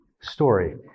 story